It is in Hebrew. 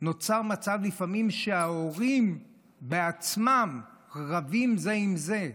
שנוצר מצב לפעמים שההורים בעצמם רבים זה עם זה.